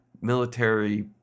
military